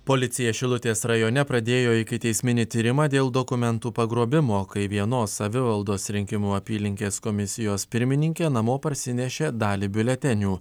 policija šilutės rajone pradėjo ikiteisminį tyrimą dėl dokumentų pagrobimo kai vienos savivaldos rinkimų apylinkės komisijos pirmininkė namo parsinešė dalį biuletenių